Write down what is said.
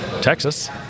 Texas